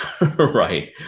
right